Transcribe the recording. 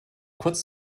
kurz